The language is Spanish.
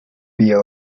vía